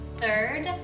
third